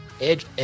Edge